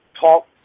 talk